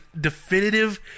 definitive